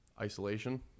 isolation